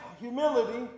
humility